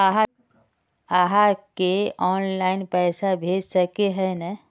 आहाँ के ऑनलाइन पैसा भेज सके है नय?